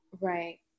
right